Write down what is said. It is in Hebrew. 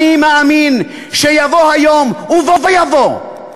אני מאמין שיבוא היום, ובוא יבוא.